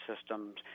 systems